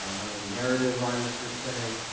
ah not a narrative artist per se,